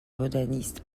botaniste